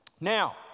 Now